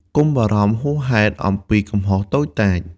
កុំបារម្ភហួសហេតុអំពីកំហុសតូចតាច។